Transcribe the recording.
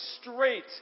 straight